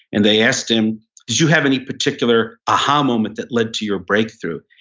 and they asked him, did you have any particular aha moment that led to your breakthrough?